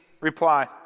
reply